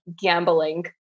gambling